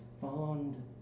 fond